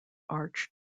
arch